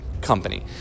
company